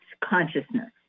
consciousness